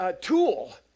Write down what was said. tool